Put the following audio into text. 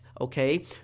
okay